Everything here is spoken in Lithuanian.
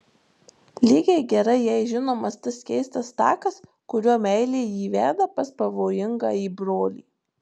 lygiai gerai jai žinomas tas keistas takas kuriuo meilė jį veda pas pavojingąjį brolį